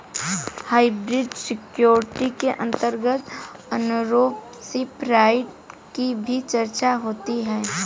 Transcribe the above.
hybrid security के अंतर्गत ownership right की भी चर्चा होती है